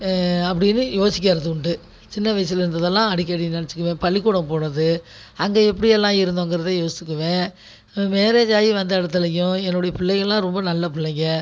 அப்படின்னு யோசிக்கிறதுண்டு சின்ன வயசில் இருந்ததெல்லாம் அடிக்கடி நெனைச்சுக்குவேன் பள்ளிக்கூடம் போனது அங்கே எப்படியெல்லாம் இருந்தோங்கிறது யோசிக்குவேன் மேரேஜாயி வந்த இடத்துலையும் என்னுடைய பிள்ளைங்கலாம் ரொம்ப நல்ல பிள்ளைங்க